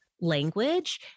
language